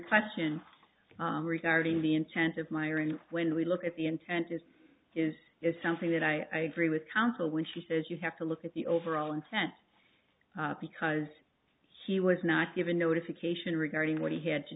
question regarding the intent of myron when we look at the intent is is is something that i agree with counsel when she says you have to look at the overall intent because he was not given notification regarding what he had to